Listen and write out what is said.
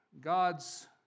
God's